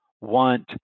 want